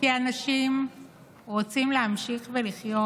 כי אנשים רוצים להמשיך לחיות